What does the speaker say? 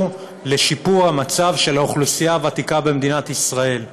לשיפור המצב של האוכלוסייה הוותיקה במדינת ישראל.